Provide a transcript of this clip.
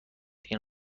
این